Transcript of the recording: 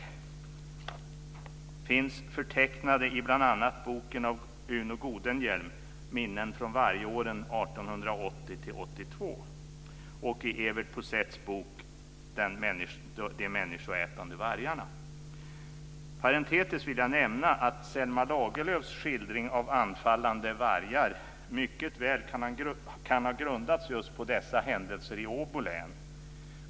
De finns förtecknade i bl.a. boken Minnen från vargåren 1880-82 av Uno Parentetiskt vill jag nämna att Selma Lagerlöfs skildring av anfallande vargar mycket väl kan ha grundats på just dessa händelser i Åbo län.